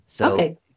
Okay